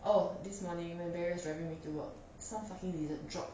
oh this morning when barry was driving me to work some fucking lizard drop